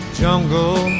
jungle